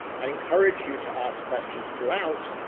i encourage you to ask questions throughout,